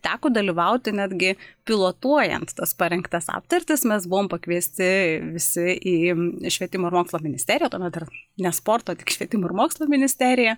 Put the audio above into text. teko dalyvauti netgi pilotuojant tas parengtas aptartis mes buvom pakviesti visi į švietimo ir mokslo ministeriją tuomet dar ne sporto tik švietimo ir mokslo ministerija